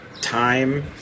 time